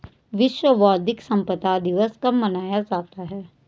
विश्व बौद्धिक संपदा दिवस कब मनाया जाता है?